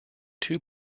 two